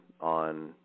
on